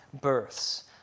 births